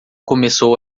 começou